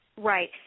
Right